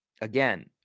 again